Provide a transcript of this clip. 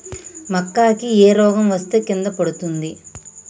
మక్కా కి ఏ రోగం వస్తే కింద పడుతుంది?